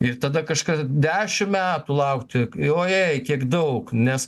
ir tada kažka dešimt metų laukti o jei kiek daug nes